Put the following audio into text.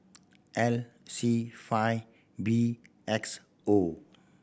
L C five B X O